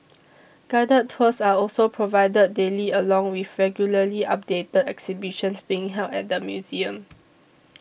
guided tours are also provided daily along with regularly updated exhibitions being held at the museum